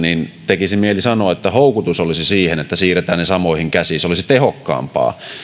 tekisi mieli sanoa että houkutus olisi siihen että siirretään ne samoihin käsiin se olisi tehokkaampaa